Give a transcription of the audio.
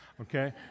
okay